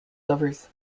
lovers